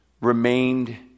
remained